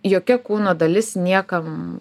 jokia kūno dalis niekam